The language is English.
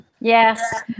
Yes